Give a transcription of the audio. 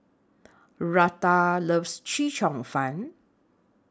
Rutha loves Chee Cheong Fun